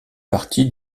partie